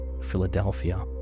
Philadelphia